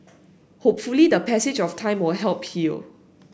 hopefully the passage of time will help heal